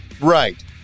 right